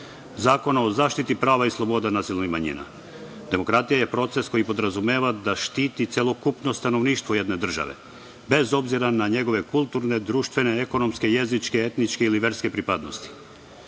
Zakona o zaštiti prava i sloboda nacionalnih manjina. Demokratija je proces koji podrazumeva da štiti celokupno stanovništvo jedne države, bez obzira na njegove kulturne, društvene, ekonomske, jezičke, etničke ili verske pripadnosti. Države